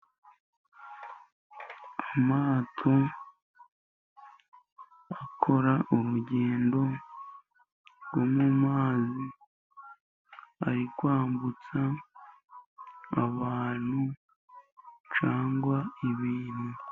Amato akora urugendo rwo mumazi, ari kwambutsa abantu cangwa ibintu.